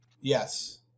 Yes